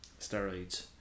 steroids